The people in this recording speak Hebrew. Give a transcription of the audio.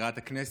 מזכירת הכנסת,